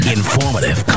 informative